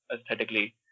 aesthetically